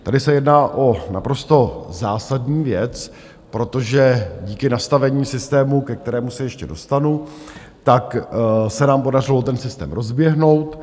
Tady se jedná o naprosto zásadní věc, protože díky nastavení systému, ke kterému se ještě dostanu, tak se nám podařilo ten systém rozběhnout.